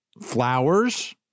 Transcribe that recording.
flowers